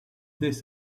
this